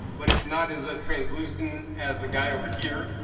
but it's not as ah translucent as the guy over here.